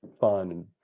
fun